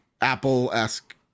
Apple-esque